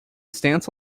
stance